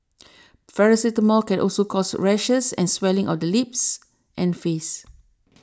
paracetamol can also cause rashes and swelling of the lips and face